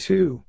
Two